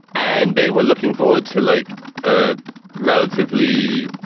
and they were looking forward to like a relatively